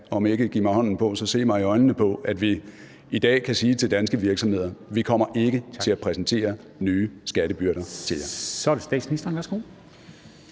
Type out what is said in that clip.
om ikke give mig hånden på, så se mig i øjnene på, at vi i dag kan sige til danske virksomheder: Vi kommer ikke til at præsentere nye skattebyrder til jer.